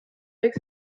avec